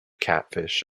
catfish